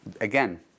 again